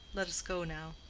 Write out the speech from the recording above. let us go now,